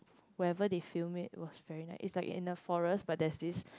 wherever they film it was very nice it's like in the forest but there's this